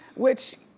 which,